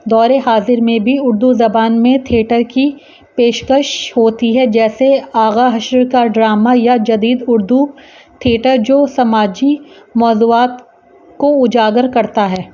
دور حاضر میں بھی اردو زبان میں تھئیٹر کی پیشکش ہوتی ہے جیسے آغا حشر کا ڈراما یا جدید اردو تھئیٹر جو سماجی موضوعات کو اجاگر کرتا ہے